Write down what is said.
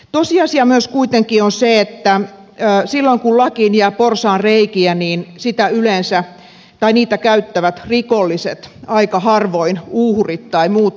tosiasia kuitenkin on se että silloin kun lakiin jää porsaanreikiä niitä yleensä käyttävät rikolliset aika harvoin uhrit tai muut asianomistajat